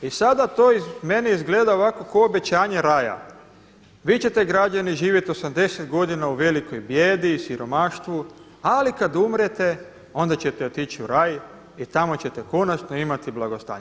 I sada to meni izgleda ovako kao obećanje Raja – vi ćete građani živjeti 80 godina u velikoj bijedi i siromaštvu, ali kada umrete, onda ćete otići u Raj i tamo ćete konačno imati blagostanje.